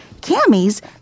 camis